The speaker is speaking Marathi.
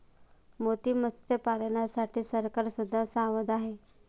मोती मत्स्यपालनासाठी सरकार सुद्धा सावध आहे